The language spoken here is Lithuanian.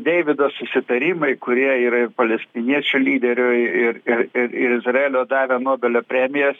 deivido susitarimai kurie ir palestiniečių lyderiui ir ir ir ir izraelio davė nobelio premijas